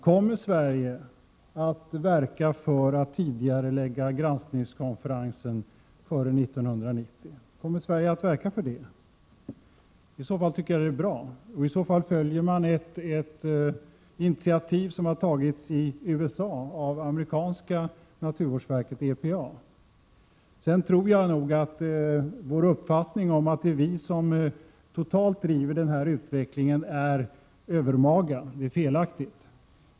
Kommer Sverige att verka för att tidigarelägga granskningskonferensen, att verka för att den skall äga rum före 1990? I så fall tycker jag att det är bra. Och i så fall följer man ett initiativ som har tagits i USA av det amerikanska naturvårdsverket, EPA. Jag anser att uppfattningen om att det är vi som driver den här utvecklingen är övermaga och felaktig.